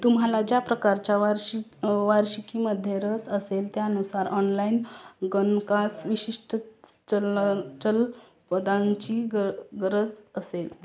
तुम्हाला ज्या प्रकारच्या वार्षिक वार्षिकीमध्ये रस असेल त्यानुसार ऑनलाईन गणकास विशिष्ट चल चल पदांची ग गरज असेल